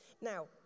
Now